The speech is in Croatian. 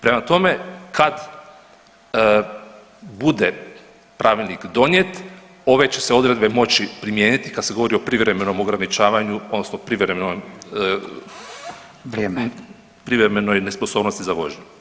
Prema tome, kad bude pravilnik donijet ove će se odredbe moći primijeniti kad se govori o privremenom ograničavanju odnosno privremenoj [[Upadica Radin: Vrijeme.]] nesposobnosti za vožnju.